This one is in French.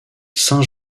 saint